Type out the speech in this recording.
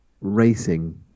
racing